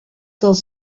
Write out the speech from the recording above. dels